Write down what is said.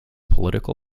political